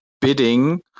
bidding